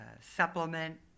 supplement